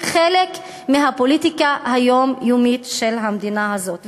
חלק מהפוליטיקה היומיומית של המדינה הזאת.